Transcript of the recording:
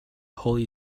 holy